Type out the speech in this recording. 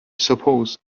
suppose